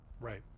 Right